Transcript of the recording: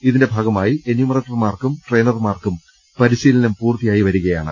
ഇതിന്റെ ഭാഗമായി എന്യൂമറേ റ്റർമാർക്കും ട്രെയിനർമാർക്കും പരിശീലനം പൂർത്തിയായി വരികയാണ്